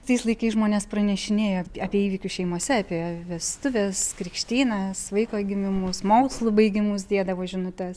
tais laikais žmonės pranešinėjo apie įvykius šeimose apie vestuves krikštynas vaiko gimimus mokslų baigimus dėdavo žinutes